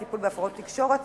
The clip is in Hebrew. טיפול בהפרעות תקשורת